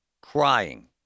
Crying